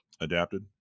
Adapted